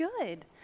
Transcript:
Good